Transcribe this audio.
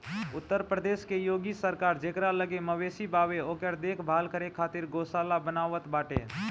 उत्तर प्रदेश के योगी सरकार जेकरा लगे मवेशी बावे ओके देख भाल करे खातिर गौशाला बनवावत बाटे